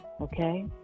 Okay